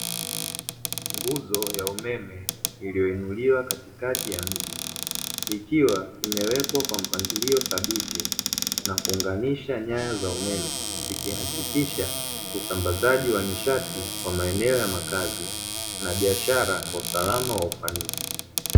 Nguzo ya umeme iliyoinuliwa katikati ya mji ikiwa imewekwa kwa mpangilio thabiti na kuunganisha nyaya za umeme, zikihakikisha usambazaji wa nishati kwa maeneo ya makazi na biashara kwa usalama wa ufanisi.